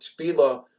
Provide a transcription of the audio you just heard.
tefillah